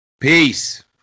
Peace